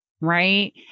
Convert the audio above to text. right